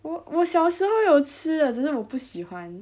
我我小时候有吃了只是我不喜欢